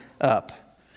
up